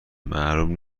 معلوم